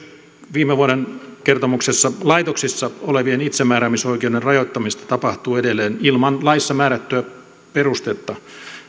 viime vuoden kertomuksessa laitoksissa olevien itsemääräämisoikeuden rajoittamista tapahtuu edelleen ilman laissa määrättyä perustetta